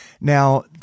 Now